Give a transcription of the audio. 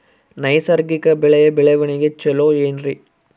ನೈಸರ್ಗಿಕ ಬೆಳೆಯ ಬೆಳವಣಿಗೆ ಚೊಲೊ ಏನ್ರಿ?